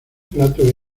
plato